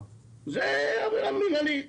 זה מינהלי.